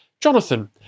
Jonathan